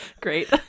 Great